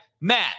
Matt